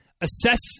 Assess